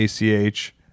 ACH